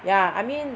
yeah I mean